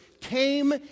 came